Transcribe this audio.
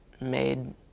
made